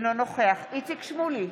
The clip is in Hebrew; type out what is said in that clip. אינו נוכח איציק שמולי,